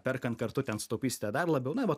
perkant kartu ten sutaupysite dar labiau na vat